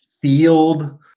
Field